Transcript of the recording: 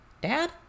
Dad